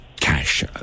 cash